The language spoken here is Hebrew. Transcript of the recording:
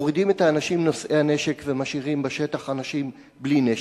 מורידים את האנשים נושאי הנשק ומשאירים בשטח אנשים בלי נשק.